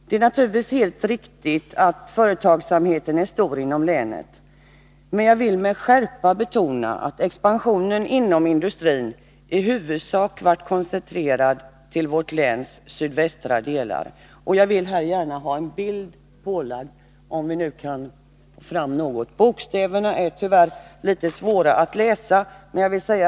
Det är naturligtvis helt riktigt att företagsamheten är stor inom länet, men jag vill med skärpa betona att expansionen inom industrin i huvudsak varit koncentrerad till vårt läns sydvästra delar. Jag vill gärna illustrera detta med den bild som nu visas på kammarens bildskärm.